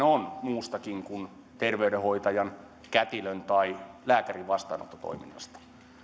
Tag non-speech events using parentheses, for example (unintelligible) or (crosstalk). (unintelligible) on muustakin kuin terveydenhoitajan kätilön tai lääkärin vastaanottotoiminnasta